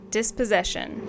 dispossession